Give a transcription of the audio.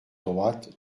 droite